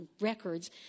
records